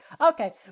Okay